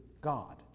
God